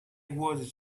was